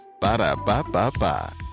Ba-da-ba-ba-ba